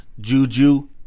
Juju